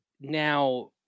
Now